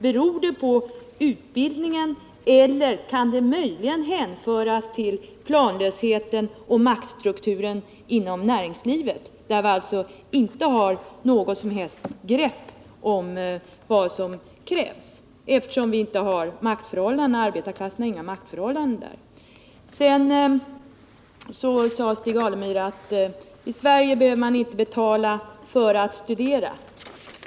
Beror det på utbildningen, eller kan det möjligen bero på planlösheten och maktstrukturen inom näringslivet, där vi inte har något som helst grepp om vad som krävs, eftersom arbetarklassen inte har någon makt. Stig Alemyr sade vidare: I Sverige behöver man inte betala för att studera.